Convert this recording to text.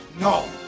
No